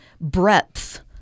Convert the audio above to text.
breadth